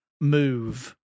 move